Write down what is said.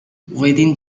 within